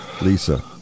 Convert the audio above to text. Lisa